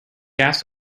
asked